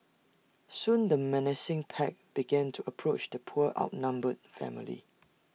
soon the menacing pack began to approach the poor outnumbered family